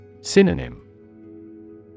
Synonym